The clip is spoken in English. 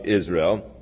Israel